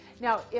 Now